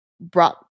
brought